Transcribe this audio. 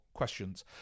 questions